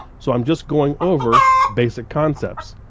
so i'm just going over basic concepts.